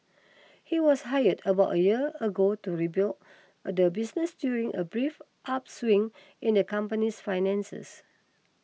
he was hired about a year ago to rebuild the business during a brief upswing in the company's finances